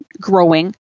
growing